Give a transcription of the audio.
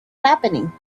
happening